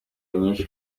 nyinshi